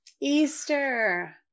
Easter